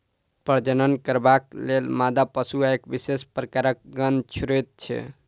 प्रजनन करबाक लेल मादा पशु एक विशेष प्रकारक गंध छोड़ैत छै